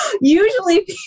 usually